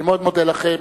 אני מאוד מודה לכם.